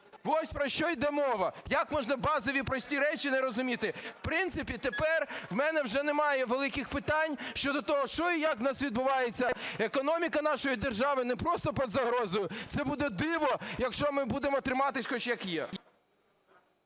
Ось про що йде мова. Як можна базові прості речі не розуміти? В принципі, тепер в мене вже немає великих питань щодо того, що і як в нас відбувається, економіка нашої держави не просто під загрозою - це буде диво, якщо ми будемо триматись хоч як є.